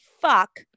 fuck